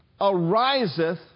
ariseth